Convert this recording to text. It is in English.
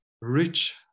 rich